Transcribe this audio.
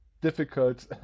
Difficult